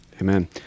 Amen